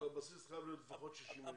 הבסיס חייב להיות לפחות 60 מיליון.